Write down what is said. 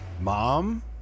Mom